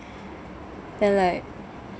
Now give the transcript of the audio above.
then like